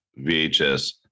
VHS